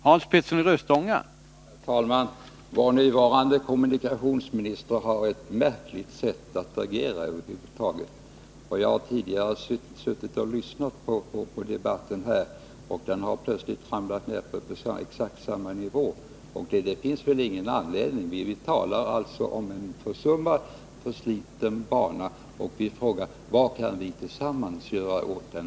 Herr talman! Vår nuvarande kommunikationsminister har ett märkligt sätt att agera över huvud taget. Jag har tidigare suttit och lyssnat på debatten, och nu har den plötsligt ramlat ned på exakt samma nivå igen. Det finns väl ingen Nr 26 anledning till det. Vi talar om en försummad, försliten bana, och vi frågar: Tisdagen den Vad kan vi tillsammans göra åt den?